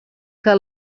que